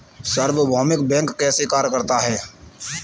सार्वभौमिक बैंक कैसे कार्य करता है?